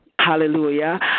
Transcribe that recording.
hallelujah